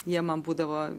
jie man būdavo